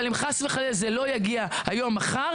אבל אם חס וחלילה זה לא יגיע היום או מחר